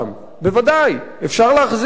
בוודאי אפשר להחזיר אותם.